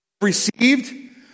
received